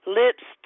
lips